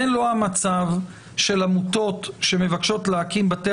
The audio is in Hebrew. זה לא המצב של עמותות שמבקשות להקים בתי